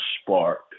spark